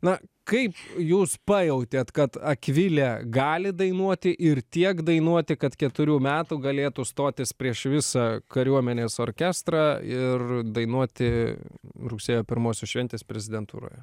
na kaip jūs pajautėt kad akvilė gali dainuoti ir tiek dainuoti kad keturių metų galėtų stotis prieš visą kariuomenės orkestrą ir dainuoti rugsėjo pirmosios šventes prezidentūroje